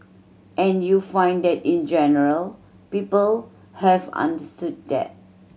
and you find that in general people have understood that